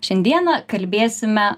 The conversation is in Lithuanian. šiandieną kalbėsime